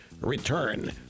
return